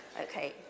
Okay